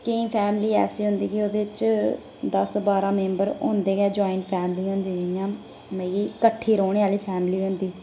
केईं फैमंली ऐसी होंदी कि ओह्दे च दस्स बारां मेम्बर होंदे के ज्वाइंट फैमलियां होंदी जियां मिगी कट्ठी रौहने आह्ली फैमिली होंदी